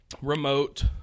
remote